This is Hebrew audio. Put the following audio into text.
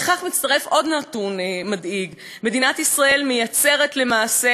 לכך מצטרף עוד נתון מדאיג: מדינת ישראל יוצרת למעשה